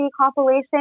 compilation